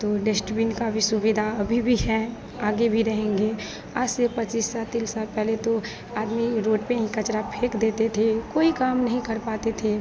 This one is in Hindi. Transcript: तो डश्टबिन की भी सुविधा अभी भी हैं आगे भी रहेंगे आज से पच्चीस साल तील साल पहले तो आदमी रोड पर ही कचरा फेंक देते थे कोई काम नहीं कर पाते थे